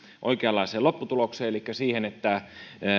oikeanlaiseen lopputulokseen elikkä siihen että